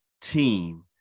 team